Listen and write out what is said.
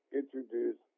introduce